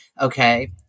Okay